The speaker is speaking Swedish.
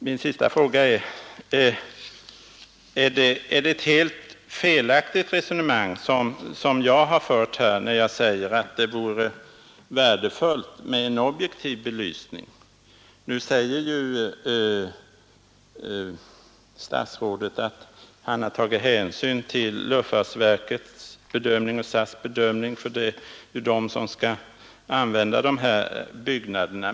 Min sista fråga är: Är det ett helt felaktigt resonemang som jag för här, när jag säger att det vore värdefullt med en helt opartisk belysning? Nu säger ju statsrådet att han har tagit hänsyn till luftfartsverkets och SAS:s bedömningar — det är ju de som skall använda de här byggnaderna.